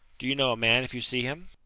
do you know a man if you see him?